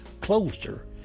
closer